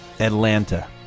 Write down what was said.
Atlanta